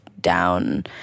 down